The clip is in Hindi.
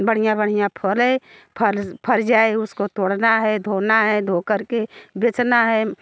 बढ़िया बढ़िया फलें फल फल जाएं उसको तोड़ना है धोना है धो कर के बेचना है